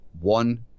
one